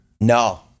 No